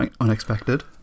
unexpected